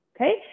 Okay